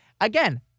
again